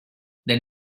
then